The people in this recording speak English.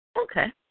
Okay